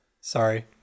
Sorry